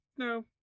No